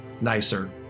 nicer